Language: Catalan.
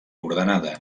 ordenada